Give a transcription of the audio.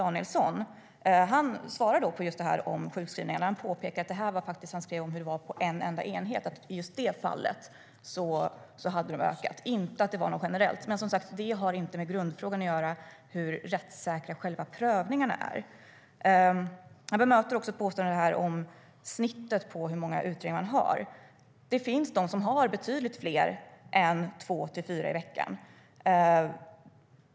Just när det gäller sjukskrivningar svarar han och påpekar att de hade ökat på en enda enhet, i just det fallet, och att det inte var generellt. Men det har som sagt inte med grundfrågan att göra, nämligen hur rättssäkra själva prövningarna är. Ivar Arpi bemöter också påståenden om snittet på hur många utredningar man har. Det finns de som har betydligt fler än två till fyra i veckan.